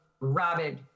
rabid